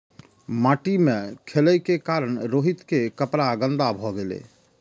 माटि मे खेलै के कारण रोहित के कपड़ा गंदा भए गेलै